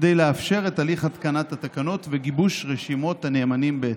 כדי לאפשר את הליך התקנת התקנות וגיבוש רשימות הנאמנים בהתאם.